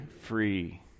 free